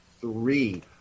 three